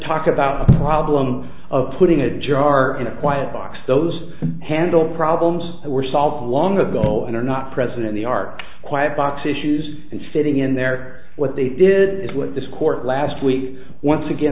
talk about a problem of putting a jar in a quiet box those handle problems were solved long ago and are not present in the art quiet box issues and fitting in there what they did it with this court last week once again